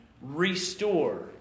restore